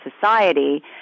society